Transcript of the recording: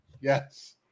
Yes